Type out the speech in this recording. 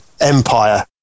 empire